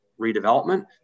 redevelopment